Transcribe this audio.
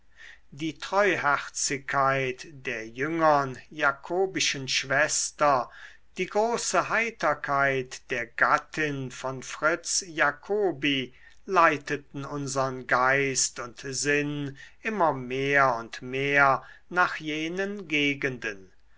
die treuherzigkeit der jüngern jacobischen schwester die große heiterkeit der gattin von fritz jacobi leiteten unsern geist und sinn immer mehr und mehr nach jenen gegenden